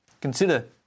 Consider